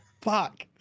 Fuck